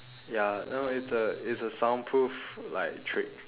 ya no it's a it's a soundproof like trick